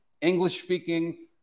English-speaking